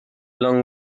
long